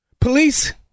Police